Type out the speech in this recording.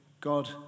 God